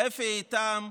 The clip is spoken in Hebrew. אפי איתם,